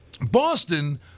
Boston